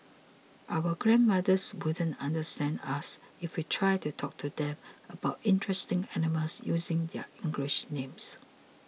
our grandmothers wouldn't understand us if we tried to talk to them about interesting animals using their English names